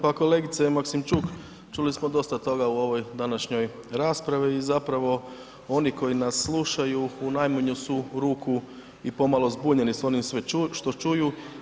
Pa kolegice Maksimčuk, čuli smo dosta toga u ovoj današnjoj raspravi i zapravo oni koji nas slušaju u najmanju su ruku i pomalo zbunjeni s onim što sve čuju.